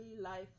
life